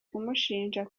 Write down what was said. kumushinja